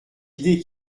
idée